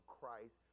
Christ